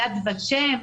יד ושם,